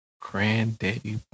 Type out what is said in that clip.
Granddaddy